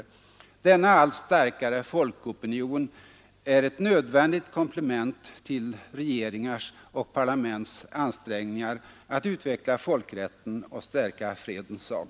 Denna allt starkare folkopinion är ett nödvändigt komplement till regeringars och parlaments ansträngningar att utveckla folkrätten och stärka fredens sak.